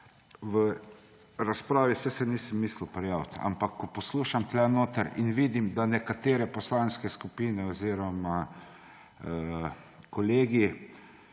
V razpravi – saj se nisem mislil prijaviti, ampak poslušam tukaj notri in vidim, da nekatere poslanske skupine oziroma kolegi